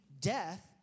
death